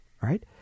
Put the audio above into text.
right